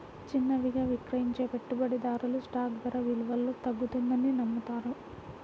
చిన్నవిగా విక్రయించే పెట్టుబడిదారులు స్టాక్ ధర విలువలో తగ్గుతుందని నమ్ముతారు